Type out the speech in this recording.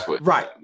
right